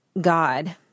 God